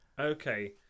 Okay